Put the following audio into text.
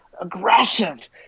aggressive